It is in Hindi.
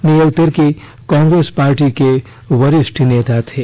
नियल तिर्की कांग्रेस पार्टी के वरिष्ठ नेता थे